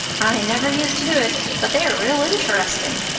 i never used to do it, but they're real interesting.